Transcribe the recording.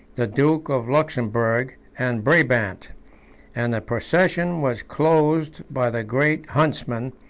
the duke of luxemburgh and brabant and the procession was closed by the great huntsmen,